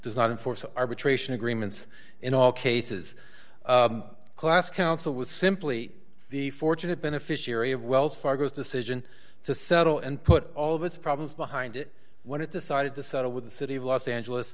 does not enforce arbitration agreements in all cases class counsel was simply the fortunate beneficiary of wells fargo's decision to settle and put all of its problems behind it when it decided to settle with the city of los angeles